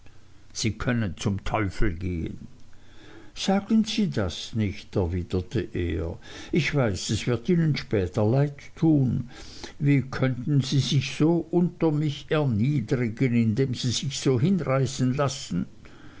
sie können zum teufel gehen sagen sie das nicht erwiderte er ich weiß es wird ihnen später leid tun wie können sie sich so unter mich erniedrigen indem sie sich so hinreißen lassen